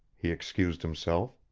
he excused himself.